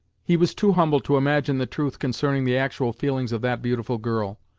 he was too humble to imagine the truth concerning the actual feelings of that beautiful girl,